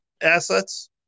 assets